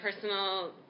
personal